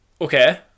Okay